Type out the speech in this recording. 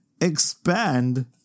expand